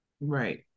Right